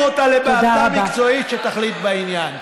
ולהעביר אותה לוועדה מקצועית שתחליט בעניין.